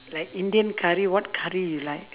like indian curry what curry you like